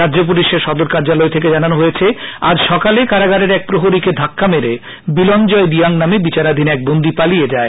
রাজ্য পুলিশের সদর কার্যালয় থেকে জানানো হয়েছে আজ সকালে কারাগারের এক প্রহরীকে ধাক্কা মেরে বিলনজয় রিয়াং নামে বিচারাষীন ওই বন্দী পালিয়ে যায়